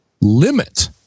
limit